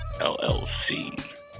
LLC